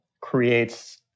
creates